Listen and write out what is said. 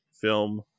film